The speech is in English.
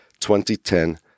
2010